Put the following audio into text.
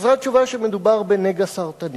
חזרה תשובה שמדובר בנגע סרטני.